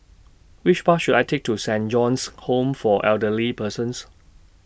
Which Bus should I Take to Saint John's Home For Elderly Persons